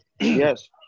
Yes